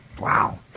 Wow